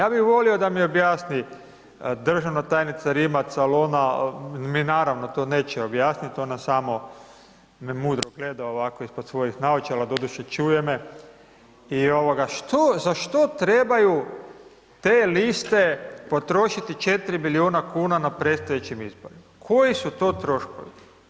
Ja bih volio da mi objasni državna tajnica Rimac, al' ona mi naravno to neće objasnit', ona samo me mudro gleda ovako ispod svojih naočala, doduše čuje me, i ovoga, što, za što trebaju te liste potrošiti 4 milijuna kuna na predstojećim izborima, koji su to troškovi?